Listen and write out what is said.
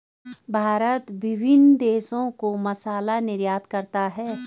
भारत विभिन्न देशों को मसाला निर्यात करता है